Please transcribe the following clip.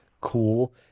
cool